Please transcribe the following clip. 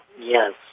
Yes